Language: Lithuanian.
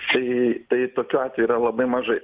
čia į tai tokių atvejų yra labai mažai